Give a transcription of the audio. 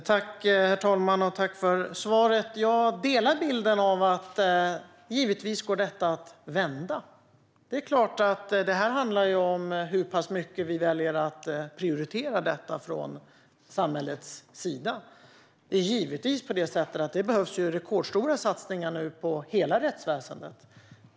Herr talman! Tack för svaret! Jag delar bilden av att detta givetvis går att vända, och det är klart att det handlar om hur pass mycket vi väljer att prioritera detta från samhällets sida. Det behövs givetvis rekordstora satsningar på hela rättsväsendet nu.